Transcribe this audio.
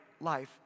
life